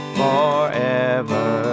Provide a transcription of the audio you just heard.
forever